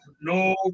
no